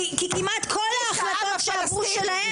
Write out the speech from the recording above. כי כמעט כל החלטות של הגוש שלהם